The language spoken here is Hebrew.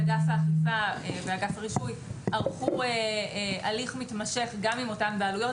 אגף האכיפה ואגף הרישוי ערכו הליך מתמשך גם עם אותן בעלויות.